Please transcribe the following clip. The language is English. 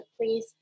please